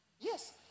Yes